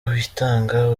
witanga